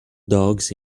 dogs